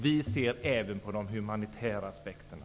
Vi ser även på de humanitära aspekterna.